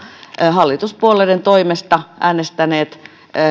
hallituspuolueiden toimesta äänestäneet